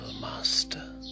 master